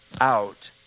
out